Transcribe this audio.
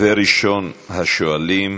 ראשון השואלים,